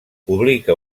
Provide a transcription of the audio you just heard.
publica